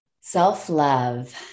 Self-love